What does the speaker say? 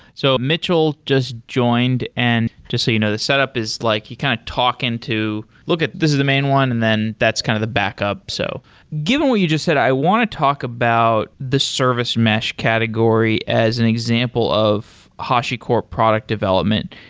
so mitchell just joined. and just so you know, the setup is like he kind of talk into this is the main one, and then that's kind of the backup. so given what you just said, i want to talk about the service mesh category as an example of hashicorp product development.